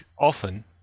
often